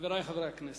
חברי חברי הכנסת,